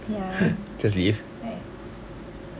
ya like